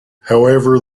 however